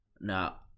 Now